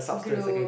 glue